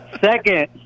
Second